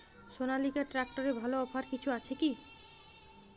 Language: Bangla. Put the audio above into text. সনালিকা ট্রাক্টরে ভালো অফার কিছু আছে কি?